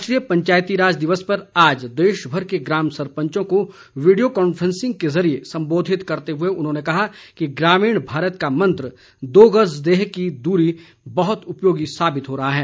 राष्ट्रीय पंचायतीराज दिवस पर आज देशभर के ग्राम सरपंचों को वीडियो कान्फ्रेसिंग के जरिए सम्बोधित करते हुए उन्होंने कहा कि ग्रामीण भारत का मंत्र दो गज देह की दूरी बहुत उपयोगी साबित हो रहा है